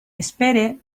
espero